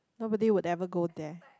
nobody would ever got there